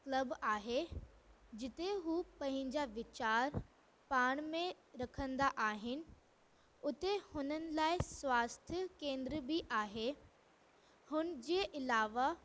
club आहे जिते हूं पंहिंजा वीचार पाण में रखंदा आहिनि उते हुननि लाइ स्वास्थ्य केन्द्र बि आहे हुन जे इलावा